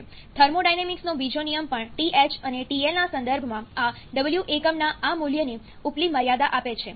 થર્મોડાયનેમિક્સનો બીજો નિયમ પણ TH અને TL ના સંદર્ભમાં આ W એકમના આ મૂલ્યની ઉપલી મર્યાદા આપે છે